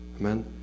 amen